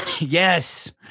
Yes